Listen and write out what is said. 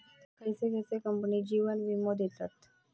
खयचे खयचे कंपने जीवन वीमो देतत